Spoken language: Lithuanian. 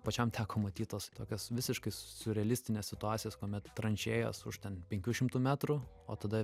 pačiam teko matyt tuos tokias visiškai siurrealistines situacijas kuomet tranšėjos už ten penkių šimtų metrų o tada